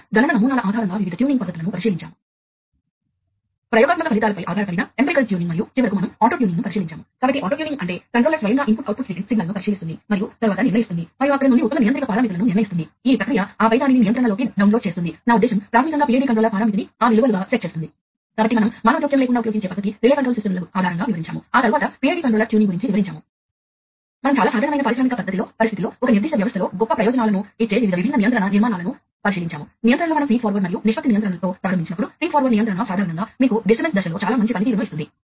మరియు సహజంగానే మనకు ఎందుకు ఫీల్డ్ బస్సు అనే ఆలోచన ఉండవచ్చు మీకు ఉన్న ప్రయోజనాల్లో ఒకటి అధిక వేగం మరియు నమ్మదగిన కమ్యూనికేషన్ కాబట్టి మీరు వేగం మరియు విశ్వసనీయత రెండింటినీ పెంచుతారు విశ్వసనీయత డిజిటల్ కమ్యూనికేషన్ నుండి వస్తుంది విశ్వసనీయత వివిధ రకాల ప్రత్యేక మీడియా అనగా పాత వ్యవస్థలలో ఉపయోగించిన వైర్ల తో పోలిస్తే ఫీల్డ్ బస్సు వ్యవస్థ లో ఉపయోగించే ఫైబర్ ఆప్టికల్ కేబుల్స్ వంటి వాటి నుండి వస్తుంది